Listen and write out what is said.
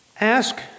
Ask